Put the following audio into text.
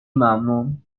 ممنون